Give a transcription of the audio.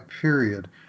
period